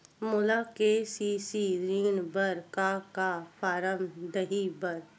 मोला के.सी.सी ऋण बर का का फारम दही बर?